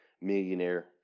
millionaire